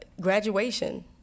graduation